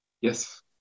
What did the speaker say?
Yes